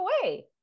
away